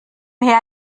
her